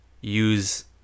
use